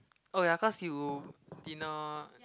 oh ya cause you dinner